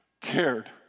cared